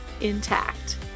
intact